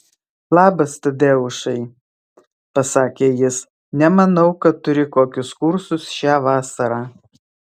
labas tadeušai pasakė jis nemanau kad turi kokius kursus šią vasarą